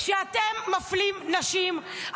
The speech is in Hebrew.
כשאתם מפלים נשים,